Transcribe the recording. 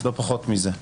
לא פחות מזה.